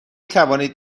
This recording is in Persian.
توانید